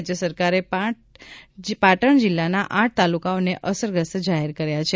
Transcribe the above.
રાજ્ય સરકારે પાટણ જિલ્લાના આઠ તાલુકાઓને અસરગ્રસ્ત જાહેર કરેલ છે